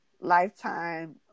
Lifetime